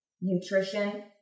nutrition